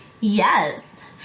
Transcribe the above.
Yes